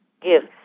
gifts